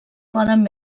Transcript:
poden